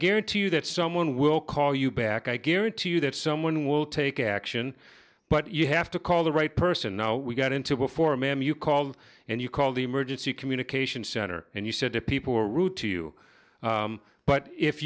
guarantee you that someone will call you back i guarantee you that someone will take action but you have to call the right person no we got into before ma'am you called and you called the emergency communication center and you said to people who are rude to you but if